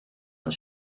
und